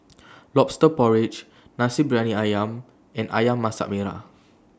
Lobster Porridge Nasi Briyani Ayam and Ayam Masak Merah